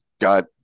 got